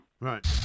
right